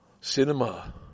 cinema